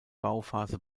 bauphase